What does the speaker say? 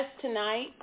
tonight